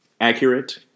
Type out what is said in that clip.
Accurate